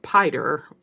Peter